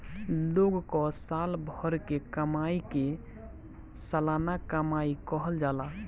लोग कअ साल भर के कमाई के सलाना कमाई कहल जाला